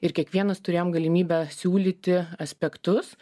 ir kiekvienas turėjom galimybę siūlyti aspektus